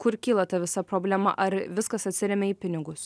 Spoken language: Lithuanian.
kur kyla ta visa problema ar viskas atsiremia į pinigus